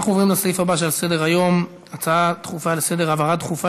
נעבור להצעות לסדר-היום בנושא: העברה דחופה